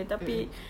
mm mm